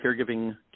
caregiving